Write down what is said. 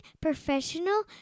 professional